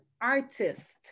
artist